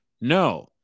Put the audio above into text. no